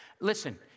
listen